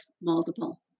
multiple